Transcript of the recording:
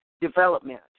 development